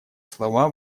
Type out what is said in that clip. слова